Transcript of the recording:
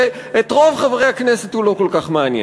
שאת רוב חברי הכנסת הוא לא כל כך מעניין.